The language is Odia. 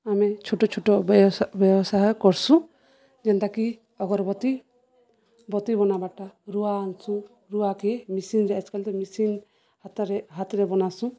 ଆମେ ଛୋଟ ଛୋଟ ବ୍ୟବସାୟ କର୍ସୁଁ ଯେନ୍ତାକି ଅଗର୍ବତୀ ବତୀ ବନାବାଟା ରୁଆ ଆନ୍ସୁଁ ରୁଆକେ ମେସିନ୍ରେ ଆଜକାଲ୍ ତ ମେସିନ୍ ହାତରେ ହାତରେ ବନାସୁଁ